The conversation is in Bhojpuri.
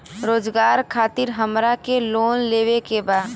रोजगार खातीर हमरा के लोन लेवे के बा?